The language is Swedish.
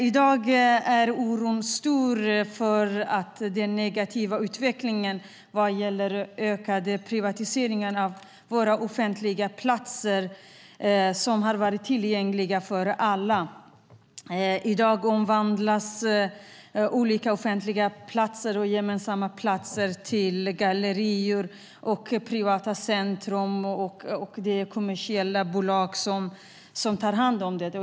I dag är oron stor för den negativa utvecklingen vad gäller den ökade privatiseringen av offentliga platser som har varit tillgängliga för alla. I dag omvandlas olika offentliga och gemensamma platser till gallerior och privata centrum. Det är kommersiella bolag som tar över dem.